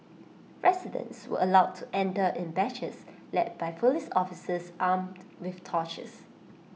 residents were allowed to enter in batches led by Police officers armed with torches